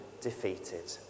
defeated